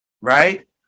Right